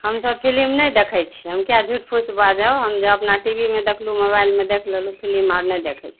हम तऽ फिलिम नहि देखैत छियै हम किआ झूठ फूसि बाजब हम जब अपना टीवीमे देखलु मोबाइलमे देख लेलु फिलिम आओर नहि देखैत छियै